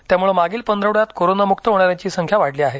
त्यामुळे मागील पंधरवड्यात करोनामुक्त होणाऱ्यांची संख्या वाढली आहे